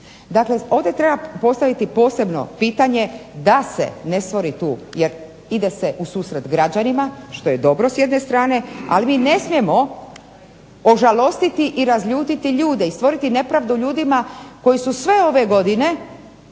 Dakle, ovdje treba postaviti posebno pitanje da se ne stvori tu jer ide se u susret građanima, što je dobro s jedne strane, ali mi ne smijemo ožalostiti i razljutiti ljude i stvoriti nepravdu ljudima koji su sve ove godine